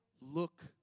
look